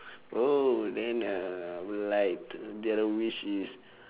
oh then uh like the other wish is